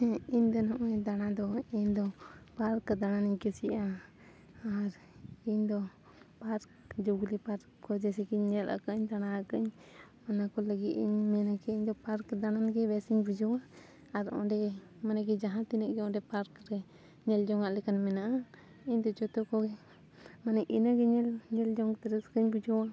ᱦᱮᱸ ᱤᱧ ᱫᱚ ᱱᱚᱜᱼᱚᱸᱭ ᱫᱟᱬᱟ ᱫᱚ ᱤᱧ ᱫᱚ ᱯᱟᱨᱠ ᱫᱟᱬᱟᱱᱤᱧ ᱠᱩᱥᱤᱭᱟᱜᱼᱟ ᱟᱨ ᱤᱧ ᱫᱚ ᱯᱟᱨᱠ ᱡᱩᱜᱽᱞᱤ ᱯᱟᱨᱠ ᱠᱚ ᱡᱮᱥᱮᱠᱤᱱ ᱧᱮᱞ ᱟᱠᱟᱟᱹᱧ ᱚᱱᱟ ᱠᱚ ᱞᱟᱹᱜᱤᱫ ᱤᱧ ᱢᱮᱱᱟ ᱠᱤ ᱤᱧ ᱫᱚ ᱯᱟᱨᱠ ᱫᱟᱬᱟᱱ ᱜᱮ ᱵᱮᱥᱤᱧ ᱵᱩᱡᱷᱟᱹᱣᱟ ᱟᱨ ᱚᱸᱰᱮ ᱢᱟᱱᱮ ᱜᱮ ᱡᱟᱦᱟᱸ ᱛᱤᱱᱟᱹᱜ ᱜᱮ ᱚᱸᱰᱮ ᱯᱟᱨᱠ ᱨᱮ ᱧᱮᱞ ᱡᱚᱝᱟᱜ ᱞᱮᱠᱟᱱ ᱢᱮᱱᱟᱜᱼᱟ ᱤᱧ ᱫᱚ ᱡᱚᱛᱚ ᱠᱚᱜᱮ ᱢᱟᱱᱮ ᱤᱱᱟᱹᱜᱮ ᱧᱮᱞ ᱧᱮᱞ ᱡᱚᱝ ᱛᱮ ᱨᱟᱹᱥᱠᱟᱹᱧ ᱵᱩᱡᱷᱟᱹᱣᱟ